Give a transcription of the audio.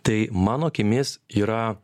tai mano akimis yra